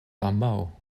ambaŭ